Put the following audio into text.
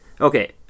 Okay